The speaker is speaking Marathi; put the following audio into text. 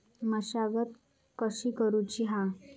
मशागत कशी करूची हा?